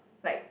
like